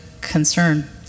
concern